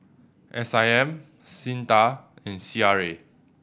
S I M SINDA and C R A